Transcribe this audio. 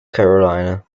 carolina